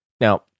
Now